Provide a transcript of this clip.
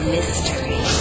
Mystery